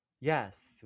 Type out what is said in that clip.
Yes